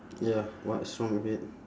ya what's wrong with it